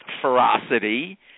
ferocity